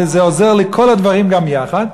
זה עוזר לכל הדברים גם יחד,